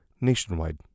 Nationwide